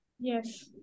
Yes